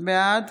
בעד